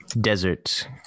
Desert